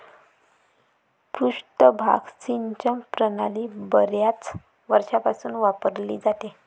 पृष्ठभाग सिंचन प्रणाली बर्याच वर्षांपासून वापरली जाते